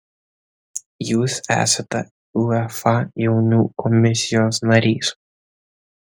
jūs esate uefa jaunių komisijos narys